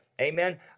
Amen